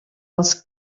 els